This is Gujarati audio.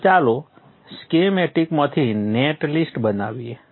તો ચાલો સ્કીમેટિકમાંથી નેટ લિસ્ટ બનાવીએ